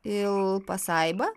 il pasaibą